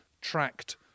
tracked